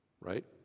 right